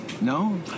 No